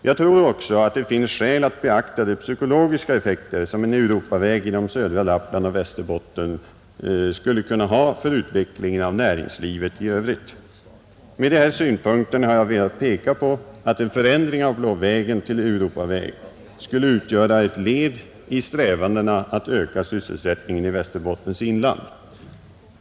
Jag tror också att det finns skäl att beakta de psykologiska effekter som en Europaväg genom södra Lappland och Västerbotten skulle kunna ha för utvecklingen av näringslivet i övrigt. Med dessa synpunkter har jag velat peka på att en förändring av Blå vägen till Europaväg skulle utgöra ett led i strävandena att öka sysselsättningen i Västerbottens inland.